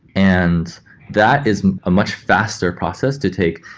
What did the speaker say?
and that is a much faster process to take,